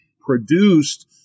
produced